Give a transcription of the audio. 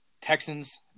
Texans